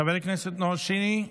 חבר הכנסת נאור שירי,